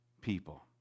people